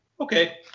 okay